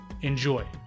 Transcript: enjoy